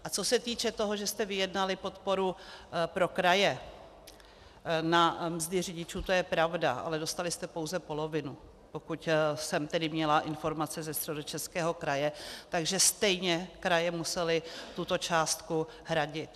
A co se týče toho, že jste vyjednali podporu pro kraje na mzdy řidičů, to je pravda, ale dostali jste pouze polovinu, pokud jsem tedy měla informace ze Středočeského kraje, takže stejně kraje musely tuto částku hradit.